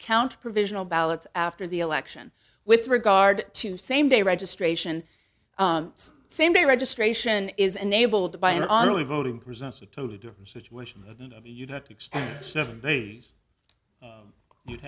count provisional ballots after the election with regard to same day registration same day registration is enabled by an on early voting present a totally different situation seven days you'd